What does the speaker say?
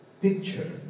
picture